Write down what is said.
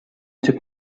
took